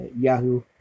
Yahoo